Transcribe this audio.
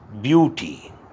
beauty